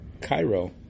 Cairo